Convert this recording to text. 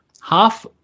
half